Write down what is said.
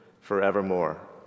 forevermore